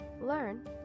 Learn